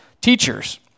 teachers